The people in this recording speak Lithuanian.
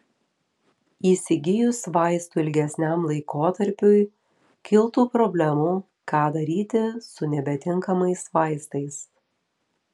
įsigijus vaistų ilgesniam laikotarpiui kiltų problemų ką daryti su nebetinkamais vaistais